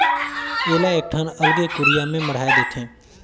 एला एकठन अलगे कुरिया में मढ़ाए देथे